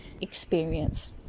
experience